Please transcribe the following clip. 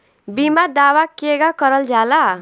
बीमा दावा केगा करल जाला?